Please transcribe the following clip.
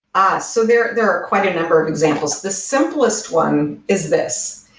ah! so there there are quite a number of examples. the simplest one is this.